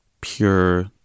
pure